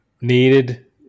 Needed